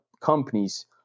companies